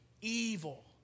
evil